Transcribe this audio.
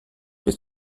bis